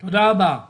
אין בהן שגרירים.